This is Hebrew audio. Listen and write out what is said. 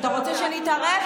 אתה רוצה שנתערב?